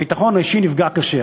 הביטחון האישי נפגע קשות.